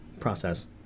process